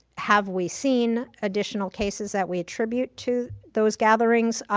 have we seen additional cases that we attribute to those gatherings?